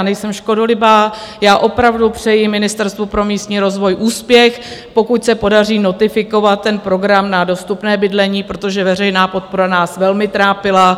Nejsem škodolibá, opravdu přeji Ministerstvu pro místní rozvoj úspěch, pokud se podaří notifikovat ten program na dostupné bydlení, protože veřejná podpora nás velmi trápila.